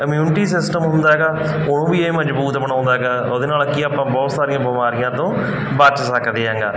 immunity system ਹੁੰਦਾ ਹੈਗਾ ਉਹਨੂੰ ਵੀ ਇਹ ਮਜ਼ਬੂਤ ਬਣਾਉਂਦਾ ਹੈਗਾ ਉਹਦੇ ਨਾਲ ਕੀ ਆਪਾਂ ਬਹੁਤ ਸਾਰੀਆਂ ਬਿਮਾਰੀਆਂ ਤੋਂ ਬਚ ਸਕਦੇ ਹੈਂਗਾ